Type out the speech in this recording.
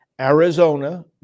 Arizona